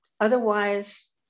Otherwise